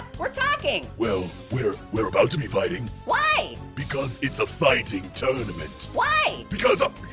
we're talking. well, we're we're about to be fighting. why? because it's a fighting tournament. why? because ah